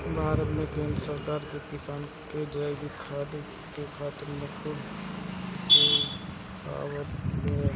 भारत में केंद्र सरकार अब किसान के जैविक खेती करे खातिर मुफ्त में सिखावत बिया